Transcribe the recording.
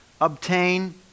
obtain